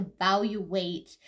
evaluate